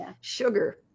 sugar